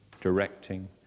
directing